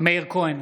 מאיר כהן,